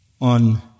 on